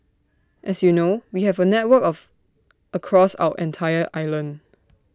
as you know we have A network of across our entire island